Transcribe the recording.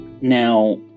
Now